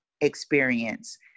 experience